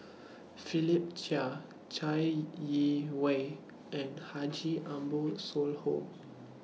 Philip Chia Chai Yee Wei and Haji Ambo Sooloh